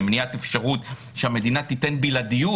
למניעת אפשרות שהמדינה תיתן בלעדיות